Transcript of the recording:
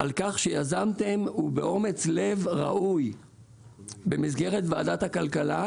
על כך שיזמתם באומץ לב ראוי סדרת דיונים במסגרת ועדת הכלכלה